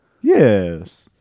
Yes